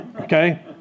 Okay